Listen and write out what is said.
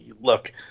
look